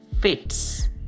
fits